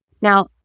Now